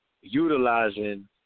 utilizing